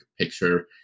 picture